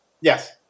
Yes